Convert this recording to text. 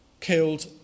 killed